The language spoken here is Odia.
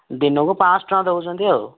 ଦିନକୁ ପାଞ୍ଚ ଶହ ଟଙ୍କା ଦେଉଛନ୍ତି ଆଉ